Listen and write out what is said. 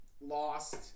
Lost